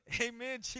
Amen